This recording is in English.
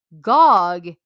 Gog